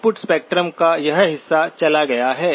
input spectrum का यह हिस्सा चला गया है